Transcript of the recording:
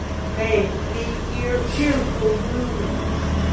faith, we hear fearful news.